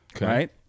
right